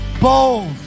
bold